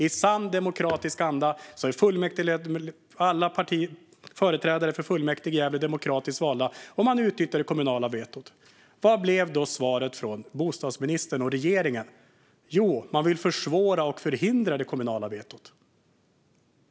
I sann demokratisk anda har fullmäktigeledamöter från alla partier i Gävle utnyttjat det kommunala vetot, och vad blev svaret från bostadsministern och regeringen? Jo, man vill försvåra för och förhindra det kommunala vetot.